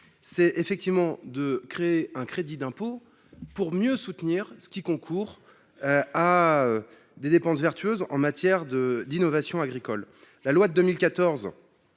puisqu’il vise à créer un crédit d’impôt pour mieux soutenir ce qui concourt à des dépenses vertueuses en matière d’innovation agricole. La loi du 13